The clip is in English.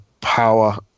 power